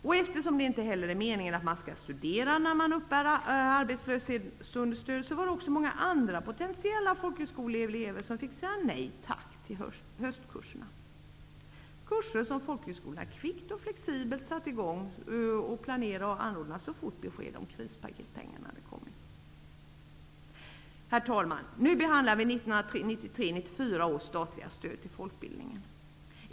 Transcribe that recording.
Och eftersom det inte heller är meningen att man skall studera när man uppbär arbetslöshetsunderstöd, var det många andra potentiella folkhögskoleelever som fick säga nej tack till höstkurserna. Det var kurser som folkhögskolorna kvickt och flexibelt hade satt i gång att planera för och anordna så fort besked om krispaketspengarna kommit! Herr talman! Nu behandlar vi 1993/94 års statliga stöd till folkbildningen.